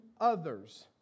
others